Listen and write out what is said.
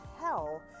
hell